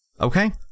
Okay